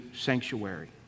sanctuary